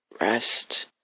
rest